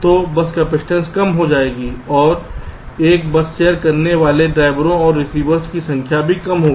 तो bus capacitance कम हो जाएगी और 1 बस शेयर करने वाले ड्राइवरों और रिसीवर्स की संख्या भी कम होगी